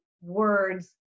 words